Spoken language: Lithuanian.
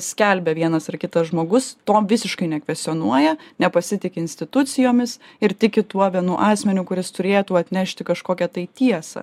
skelbia vienas ar kitas žmogus to visiškai nekvestionuoja nepasitiki institucijomis ir tiki tuo vienu asmeniu kuris turėtų atnešti kažkokią tai tiesą